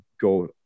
go